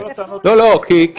כל הטענות --- זה נתון ידוע,